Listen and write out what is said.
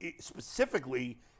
specifically